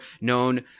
known